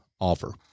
offer